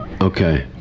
Okay